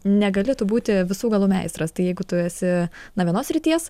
negali tu būti visų galų meistras tai jeigu tu esi na vienos srities